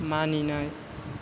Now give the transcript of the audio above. मानिनाय